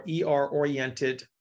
ER-oriented